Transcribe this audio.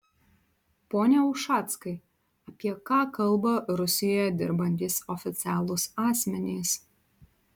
pone ušackai apie ką kalba rusijoje dirbantys oficialūs asmenys